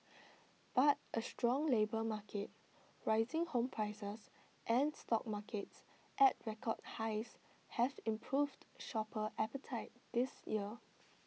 but A strong labour market rising home prices and stock markets at record highs have improved shopper appetite this year